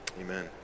Amen